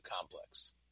complex